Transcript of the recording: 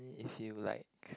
if you like